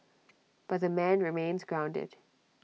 but the man remains grounded